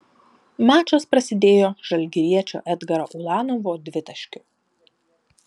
mačas prasidėjo žalgiriečio edgaro ulanovo dvitaškiu